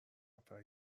نفر